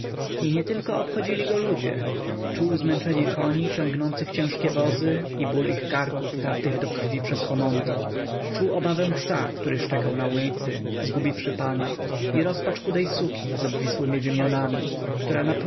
i nietylko obchodzili go ludzie czuł zmęczenie koni ciągnących ciężkie wozy i ból ich karków tartych do krwi przez chomąto czuł obawę psa który szczekał na ulicy zgubiwszy pana i rozpacz chudej suki z obwisłemi wymionami która